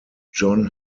john